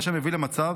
מה שמביא למצב